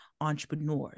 entrepreneurs